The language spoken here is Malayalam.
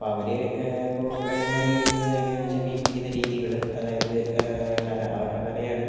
ഇപ്പോൾ അവർ ഇപ്പോൾ കൈമാറിവരുന്നത് എങ്ങനെയാണെന്നു വെച്ചാൽ മീൻപിടിക്കുന്ന രീതികൾ അതായത് കല അവരുടെ കലയാണ്